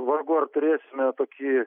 vargu ar turėsime tokį